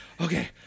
Okay